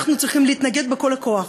אנחנו צריכים להתנגד בכל הכוח,